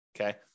okay